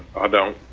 i don't